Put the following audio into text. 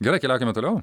gerai keliaukime toliau